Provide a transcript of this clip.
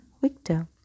Victor